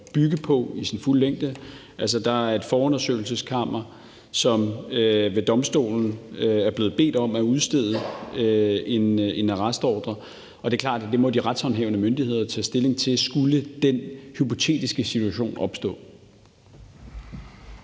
bygge på i sin fulde længde. Det er et forundersøgelseskammer ved domstolen, som er blevet bedt om at udstede en arrestordre, og det er klart, at det må de retshåndhævende myndigheder tage stilling til, skulle den hypotetiske situation opstå.